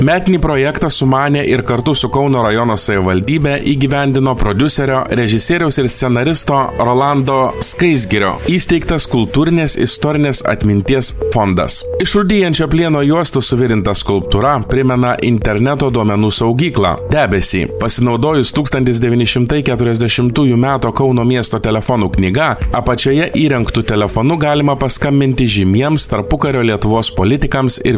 metinį projektą sumanė ir kartu su kauno rajono savivaldybe įgyvendino prodiuserio režisieriaus ir scenaristo rolando skaisgirio įsteigtas kultūrinės istorinės atminties fondas iš rūdijančio plieno juostų suvirinta skulptūra primena interneto duomenų saugyklą debesį pasinaudojus tūkstantis devyni šimtai keturiasdešimtųjų meto kauno miesto telefonų knyga apačioje įrengtu telefonu galima paskambinti žymiems tarpukario lietuvos politikams ir